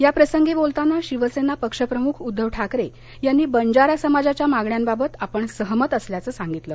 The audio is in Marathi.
याप्रसंगी बोलताना शिवसेना पक्षप्रमुख उद्दव ठाकरे यांनी बंजारा समाजाच्या मागण्यांबाबत आपण सहमत असल्याचं सांगितले